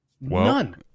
none